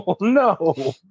no